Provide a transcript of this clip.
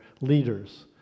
leaders